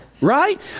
right